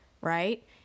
right